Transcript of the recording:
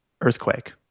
Earthquake